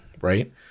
right